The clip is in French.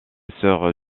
sœur